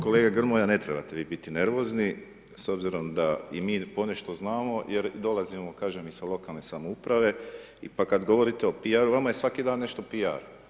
Kolega Grmoja, ne trebate vi biti nervozni s obzirom da i mi ponešto znamo jer dolazimo, kažem, i sa lokalne samouprave, pa kada govorite o piaru, vama je svaki dan nešto piar.